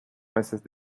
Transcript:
meses